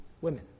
women